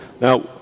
Now